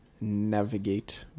navigate